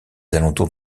alentours